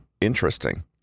interesting